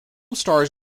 stars